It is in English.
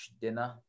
dinner